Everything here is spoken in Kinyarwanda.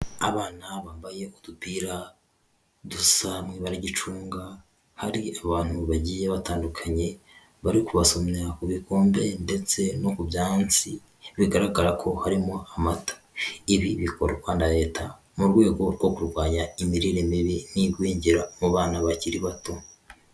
Abana bambaye udupira dusa mu ibara ry'icunga, hari abantu bagiye batandukanye bari kubasomya ku bikombe ndetse no ku byansi, bigaragara ko harimo amata. Ibi bikorwa na leta mu rwego rwo kurwanya imirire mibi n'igwingira mu bana bakiri bato.